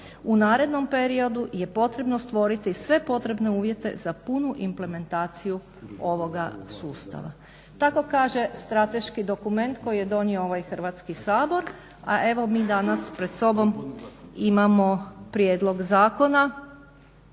U narednom periodu je potrebno stvoriti sve potrebne uvjete za punu implementaciju ovoga sustava." Tako kaže strateški dokument koji je donio ovaj Hrvatski sabor, a evo mi danas pred sobom imamo prijedlog zakona